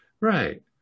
Right